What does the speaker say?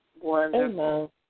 Wonderful